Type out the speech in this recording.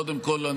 קודם כול,